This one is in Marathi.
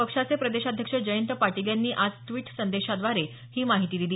पक्षाचे प्रदेशाध्यक्ष जयंत पाटील यांनी आज ट्विट संदेशाद्वारे ही माहिती दिली